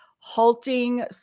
Halting